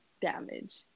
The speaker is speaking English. damage